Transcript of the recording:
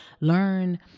learn